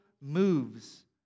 moves